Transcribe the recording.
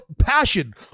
passion